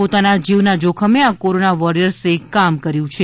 પોતાના જીવના જોખમે આ કોરોના વોરિયર્સે કામ કર્યું છે